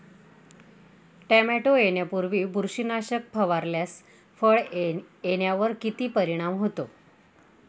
Tomato येण्यापूर्वी बुरशीनाशक फवारल्यास फळ येण्यावर किती परिणाम होतो?